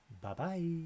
Bye-bye